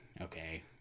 okay